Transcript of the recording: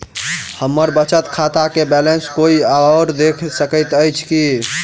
हम्मर बचत खाता केँ बैलेंस कोय आओर देख सकैत अछि की